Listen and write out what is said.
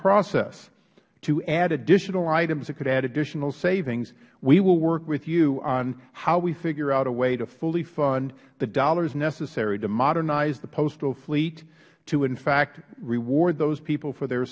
process to add additional items that could add additional savings we will work with you on how we figure out a way to fully fund the dollars necessary to modernize the postal fleet to in fact reward those people for their